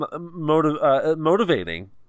motivating